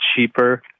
cheaper